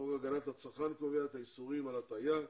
חוק הגנת הצרכן קובע את האיסורים על הטעייה,